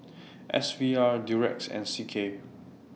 S V R Durex and C K